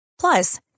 Plus